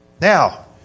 Now